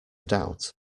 doubt